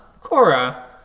Cora